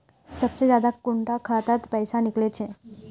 सबसे ज्यादा कुंडा खाता त पैसा निकले छे?